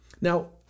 Now